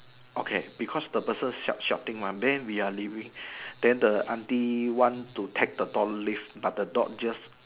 okay because the person shout shouting mah we are leaving then the auntie want to take the dog leave but the dog just